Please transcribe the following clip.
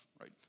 right